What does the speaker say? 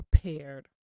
prepared